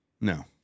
No